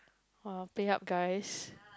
[wah] pay up guys